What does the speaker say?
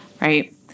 right